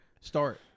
start